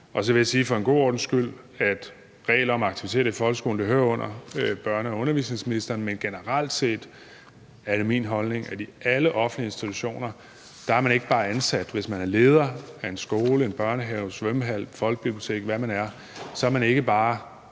Så vil jeg sige for en god ordens skyld, at regler om aktiviteter i folkeskolen hører under børne- og undervisningsministeren, men generelt set er det min holdning, at i alle offentlige institutioner er man ikke bare ansat. Hvis man er leder af en skole, en børnehave, en svømmehal, et folkebibliotek, eller hvad man er, så er man ikke bare